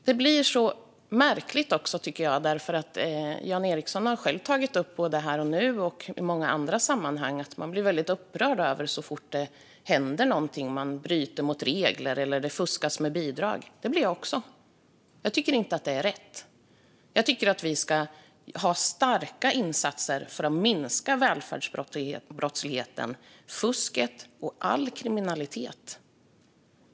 Det blir så märkligt, tycker jag, eftersom Jan Ericson själv har tagit upp både här och nu och i många andra sammanhang att han blir väldigt upprörd så fort det händer någonting, om någon bryter mot regler eller det fuskas med bidrag. Det blir jag också. Jag tycker inte att det är rätt. Jag tycker att vi ska ha starka insatser för att minska välfärdsbrottsligheten, fusket och all kriminalitet.